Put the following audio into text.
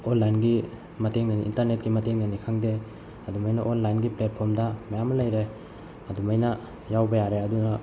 ꯑꯣꯟꯂꯥꯏꯟꯒꯤ ꯃꯇꯦꯡꯅꯅꯤ ꯏꯟꯇꯔꯅꯦꯠꯀꯤ ꯃꯇꯦꯡꯅꯅꯤ ꯈꯪꯗꯦ ꯑꯗꯨꯃꯥꯏꯅ ꯑꯣꯟꯂꯥꯏꯟꯒꯤ ꯄ꯭ꯂꯦꯠꯐꯣꯝꯗ ꯃꯌꯥꯝ ꯑꯃ ꯂꯩꯔꯦ ꯑꯗꯨꯃꯥꯏꯅ ꯌꯥꯎꯕ ꯌꯥꯔꯦ ꯑꯗꯨꯅ